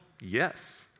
Yes